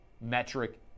metric